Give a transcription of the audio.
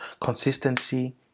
consistency